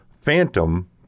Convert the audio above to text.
Phantom